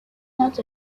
not